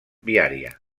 viària